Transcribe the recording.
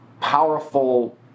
powerful